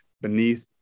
beneath